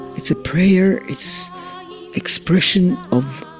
it's a prayer. it's expression of